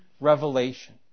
revelation